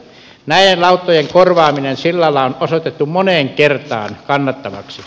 näiden lauttojen korvaaminen sillalla on osoitettu moneen kertaan kannattavaksi